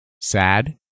Sad